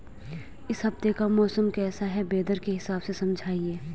इस हफ्ते का मौसम कैसा है वेदर के हिसाब से समझाइए?